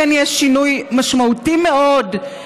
כן יש שינוי משמעותי מאוד,